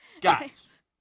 guys